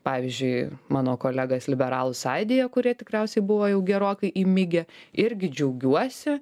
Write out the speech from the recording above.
pavyzdžiui mano kolegas liberalų sąjūdyje kurie tikriausiai buvo jau gerokai įmigę irgi džiaugiuosi